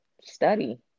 study